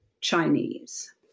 Chinese